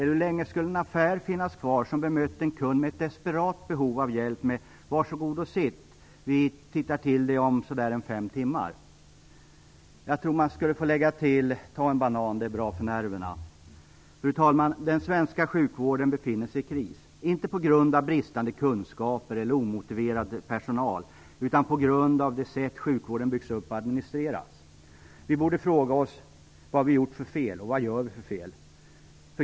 Hur länge skulle en affär finnas kvar som bemötte en kund med ett desperat behov av hjälp med orden: Var så god och sitt! Vi tittar till dig om så där fem timmar. Jag tror att man skulle få lägga till: Ta en banan, det är bra för nerverna! Fru talman! Den svenska sjukvården befinner sig i kris, inte på grund av bristande kunskaper eller omotiverad personal, utan på grund av det sätt som sjukvården byggts upp och administreras på. Vi borde fråga oss: Vad har vi gjort för fel och vad gör vi för fel?